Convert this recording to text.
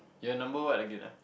your number what again ah